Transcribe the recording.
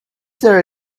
there